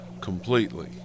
completely